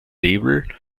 label